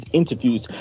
interviews